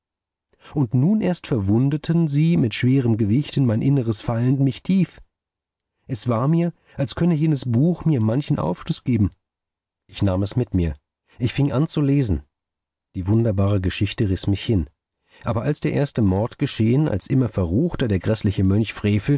und nun erst verwundeten sie mit schwerem gewicht in mein innres fallend mich tief es war mir als könne jenes buch mir manchen aufschluß geben ich nahm es mit mir ich fing an zu lesen die wunderbare geschichte riß mich hin aber als der erste mord geschehen als immer verruchter der gräßliche mönch